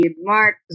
Mark